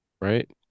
Right